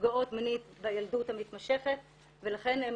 נפגעות מינית בילדות המתמשכת ולכן הן